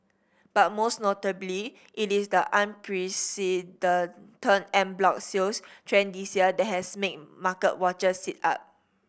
but most notably it is the unprecedented en bloc sales trend this year that has made market watchers sit up